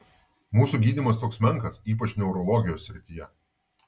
mūsų gydymas toks menkas ypač neurologijos srityje